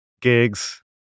gigs